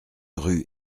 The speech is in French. rue